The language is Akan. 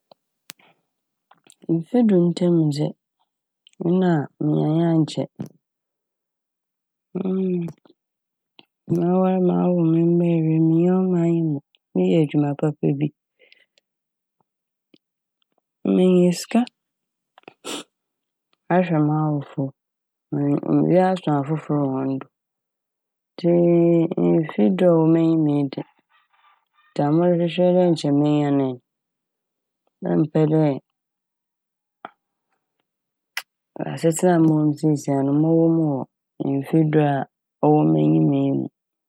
Mfe du ntamu dze nna minyae a nkyɛ mawar mawo me mba nyinaa ewie, minnyi ɔman yi mu, meyɛ edwuma papa bi menya sika ahwɛ m'awofo ma bi aso afofor hɔn do ntsi mfe du a ɔwɔ m'enyim de dza morohwehwɛ dɛ nkyɛ menya nye n' memmpɛ dɛ asetsena a mowɔ mu siesia no mowɔ mu wɔ mfe du a ɔwɔ m'enyim yi mu.